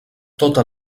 tota